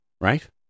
right